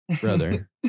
Brother